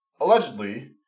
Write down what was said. allegedly